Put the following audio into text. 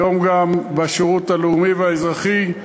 היום גם בשירות הלאומי והאזרחי,